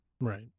Right